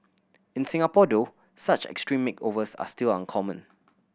in Singapore though such extreme makeovers are still uncommon